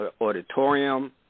Auditorium